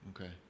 Okay